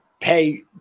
pay